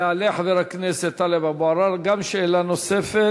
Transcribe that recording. יעלה חבר הכנסת טלב אבו עראר, גם לשאלה נוספת.